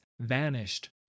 vanished